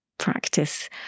practice